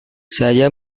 saya